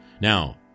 Now